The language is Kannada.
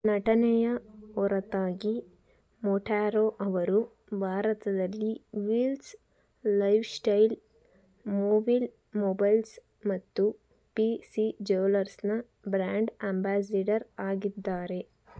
ನಟನೆಯ ಹೊರತಾಗಿ ಮೊಟ್ಯಾರೋ ಅವರು ಭಾರತದಲ್ಲಿ ವಿಲ್ಸ್ ಲೈಫ್ಸ್ಟೈಲ್ ಮೊವಿಲ್ ಮೊಬೈಲ್ಸ್ ಮತ್ತು ಪಿ ಸಿ ಜ್ಯುವೆಲರ್ಸ್ನ ಬ್ರಾಂಡ್ ಅಂಬಾಸಿಡರ್ ಆಗಿದ್ದಾರೆ